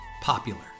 popular